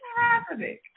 happening